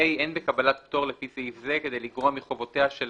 (ה)אין בקבלת פטור לפי סעיף זה כדי לגרוע מחובותיה של